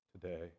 today